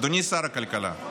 אדוני שר הכלכלה,